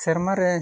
ᱥᱮᱨᱢᱟᱨᱮ